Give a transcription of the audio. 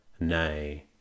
Nay